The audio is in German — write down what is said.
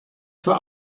zur